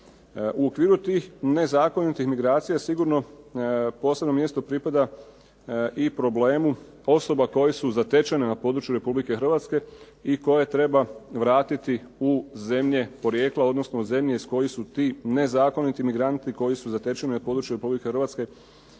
U okviru tih nezakonitih migracija sigurno posebno mjesto pripada i problemu osoba koje su zatečene na području RH i koje treba vratiti u zemlje porijekla, odnosno u zemlje iz kojih su ti nezakoniti migranti koji su zatečeni na području RH kamo